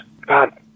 God